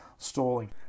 Stalling